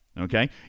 Okay